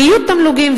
ויהיו תמלוגים,